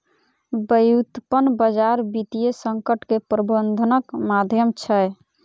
व्युत्पन्न बजार वित्तीय संकट के प्रबंधनक माध्यम छै